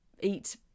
eat